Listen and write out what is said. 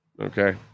Okay